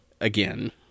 again